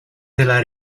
della